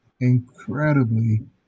incredibly